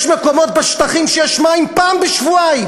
יש מקומות בשטחים שיש מים פעם בשבועיים.